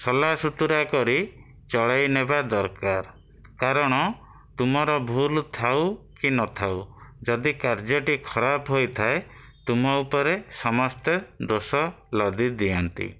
ସଲାସୁତୁରା କରି ଚଳେଇନେବା ଦରକାର କାରଣ ତୁମର ଭୁଲ ଥାଉ କି ନଥାଉ ଯଦି କାର୍ଯ୍ୟଟି ଖରାପ ହୋଇଥାଏ ତୁମ ଉପରେ ସମସ୍ତେ ଦୋଷ ଲଦି ଦିଅନ୍ତି